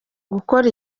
gukora